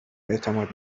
اعتماد